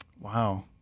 Wow